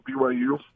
BYU